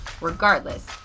regardless